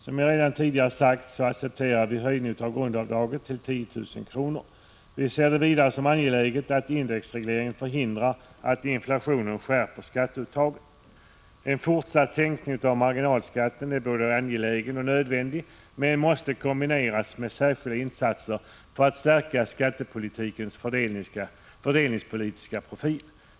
Som jag redan tidigare har sagt accepterar centern en höjning av grundavdraget till 10 000 kr. Vi ser det vidare som angeläget att indexreglering förhindrar att inflationen skärper skatteuttaget. En fortsatt sänkning av marginalskatten är både angelägen och nödvändig men måste kombineras med särskilda insatser för att stärka skattepolitikens fördelningspolitiska profil.